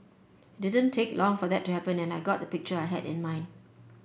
it didn't take long for that to happen and I got the picture I had in mind